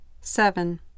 Seven